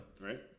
Right